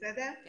אני